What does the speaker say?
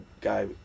Guy